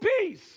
peace